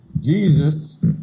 Jesus